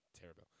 terrible